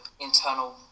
internal